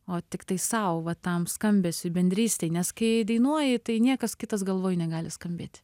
o tiktai sau va tam skambesiui bendrystei nes kai dainuoji tai niekas kitas galvoj negali skambėti